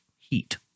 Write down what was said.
heat